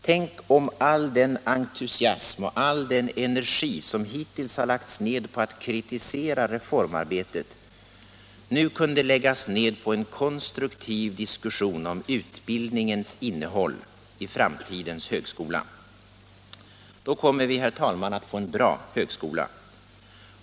Tänk, om all den entusiasm och all den energi som hittills lagts ned på att kritisera reformarbetet nu kunde satsas på en konstruktiv diskussion om utbildningens innehåll i framtidens högskola! Då kommer vi, herr talman, att få en bra högskola.